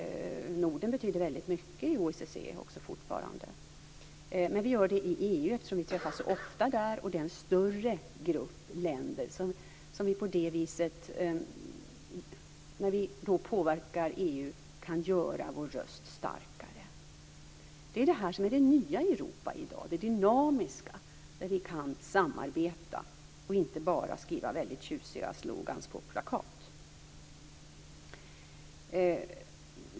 Norden betyder fortfarande väldigt mycket i OSSE. Vi gör det också i EU eftersom vi träffas så ofta där. Det är en större grupp länder. När vi påverkar EU kan vi göra vår röst starkare. Det är det som är det nya i Europa i dag; det dynamiska där vi kan samarbeta och inte bara skriva väldigt tjusiga slogan på plakat.